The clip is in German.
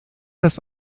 das